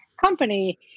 company